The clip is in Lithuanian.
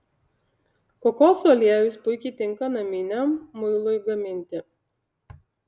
kokosų aliejus puikiai tinka naminiam muilui gaminti